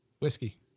Whiskey